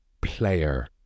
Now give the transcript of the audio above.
player